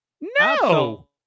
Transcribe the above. No